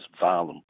violent